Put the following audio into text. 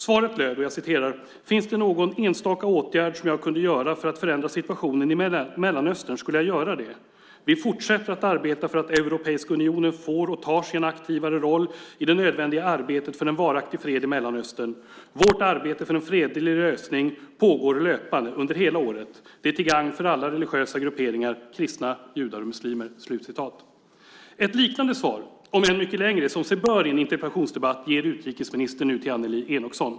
Svaret löd: "Finns det någon enstaka åtgärd som jag kunde göra för att förändra situationen i Mellanöstern skulle jag göra det. Vi fortsätter att arbeta för att Europeiska unionen får och tar sig en aktivare roll i det nödvändiga arbetet för en varaktig fred i Mellanöstern. Vårt arbete för en fredlig lösning pågår löpande, under hela året. Det är till gagn för alla religiösa grupperingar, kristna, judar och muslimer." Ett liknande svar, om än mycket längre, som sig bör i en interpellationsdebatt, ger utrikesministern nu till Annelie Enochson.